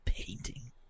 Painting